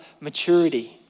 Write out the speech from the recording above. maturity